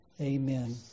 amen